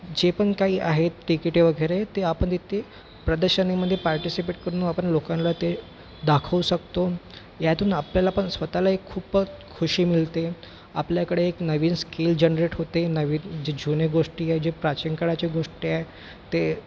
जे पण काही आहेत तिकिटे वगैरे ते आपण तिथे प्रदर्शनामध्ये पार्टिसिपेट करून आपण लोकांना ते दाखवू शकतो यातून आपल्याला पण स्वत ला एक खूप खुशी मिळते आपल्याकडे एक नवीन स्कील जनरेट होते नवीन जे जुने गोष्टी आहे जे प्राचीन काळच्या गोष्टी आहे ते